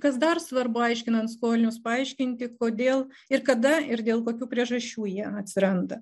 kas dar svarbu aiškinant skolinius paaiškinti kodėl ir kada ir dėl kokių priežasčių jie atsiranda